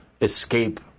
escape